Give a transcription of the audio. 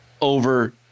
over